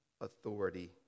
authority